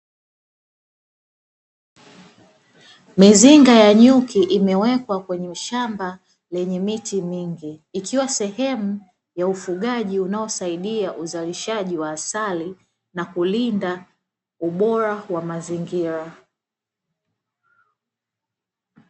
Mizinga ya nyuki imewekwa kwenye shamba lenye miti mingi ikiwa sehemu ya ufugaji unaosaidia uzalishaji wa asali na kulinda ubora wa mazingira.